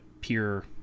pure